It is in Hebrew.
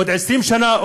עוד 20 שנה?